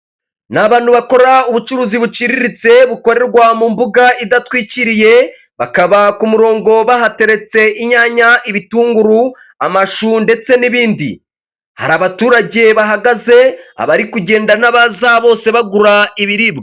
Ni abantu bakora ubucuruzi buciriritse bukorerwa mu mbuga idatwikiriye bakaba ku murongo bahateretse inyanya, ibitunguru, amashu ndetse n'ibindi hari abaturage bahagaze abari kugenda n'abaza bose bagura ibiribwa.